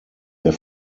der